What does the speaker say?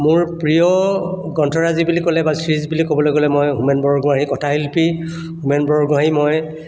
মোৰ প্ৰিয় গ্ৰন্থৰাজি বুলি ক'লে বা চিৰিজ বুলি ক'বলৈ গ'লে মই হোমেন বৰগোহাঁইৰ কথাশিল্পী হোমেন বৰগোহাঁইৰ মই